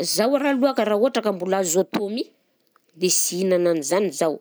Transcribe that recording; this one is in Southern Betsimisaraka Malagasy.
Zaho raha aloha ka raha ohatra ka mbola azo atao mi, dia sy hihinana an'izany zaho